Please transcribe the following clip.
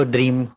Dream